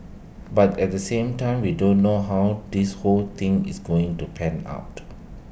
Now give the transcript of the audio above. but at the same time we don't know how this whole thing is going to pan out